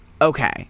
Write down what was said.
Okay